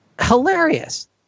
hilarious